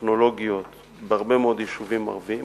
טכנולוגיות בהרבה מאוד יישובים ערביים,